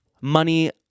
money